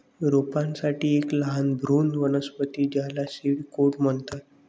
रोपांसाठी एक लहान भ्रूण वनस्पती ज्याला सीड कोट म्हणतात